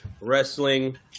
wrestling